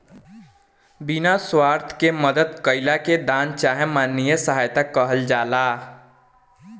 बिना स्वार्थ के मदद कईला के दान चाहे मानवीय सहायता कहल जाला